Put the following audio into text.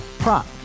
Prop